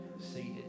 seated